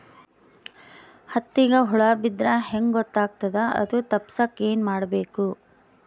ಹತ್ತಿಗ ಹುಳ ಬಿದ್ದ್ರಾ ಹೆಂಗ್ ಗೊತ್ತಾಗ್ತದ ಅದು ತಪ್ಪಸಕ್ಕ್ ಏನ್ ಮಾಡಬೇಕು?